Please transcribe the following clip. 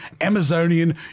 Amazonian